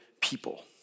people